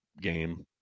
game